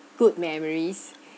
good memories